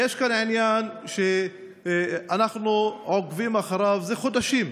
יש כאן עניין שאנחנו עוקבים אחריו זה חודשים.